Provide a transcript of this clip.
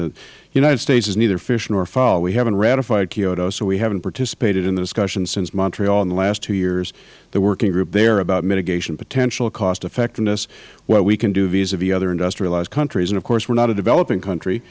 the united states is neither fish nor foul we haven't ratified kyoto so we haven't participated in the discussions since montreal in the last two years the working group there about mitigation potential cost effectiveness what we can do vis a vis other industrialized countries and of course we are not a developing country